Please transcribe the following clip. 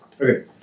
Okay